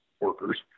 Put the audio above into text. workers